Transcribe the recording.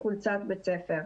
חולצת בית ספר.